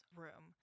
room